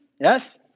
yes